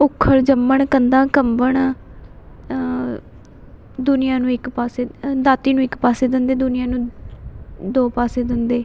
ਉੱਖੜ ਜੰਮਣ ਕੰਧਾਂ ਕੰਬਣ ਦੁਨੀਆਂ ਨੂੰ ਇੱਕ ਪਾਸੇ ਦਾਤੀ ਨੂੰ ਇੱਕ ਪਾਸੇ ਦੰਦੇ ਦੁਨੀਆਂ ਨੂੰ ਦੋ ਪਾਸੇ ਦੰਦੇ